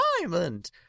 diamond